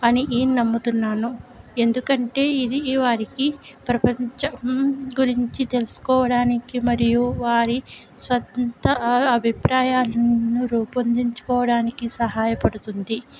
అని నేను నమ్ముతున్నాను ఎందుకంటే ఇది ఈ వారికి ప్రపంచం గురించి తెలుసుకోవడానికి మరియు వారి స్వతంత అ అభిప్రాయాన్ని రూపొందించుకోవడానికి సహాయపడుతుంది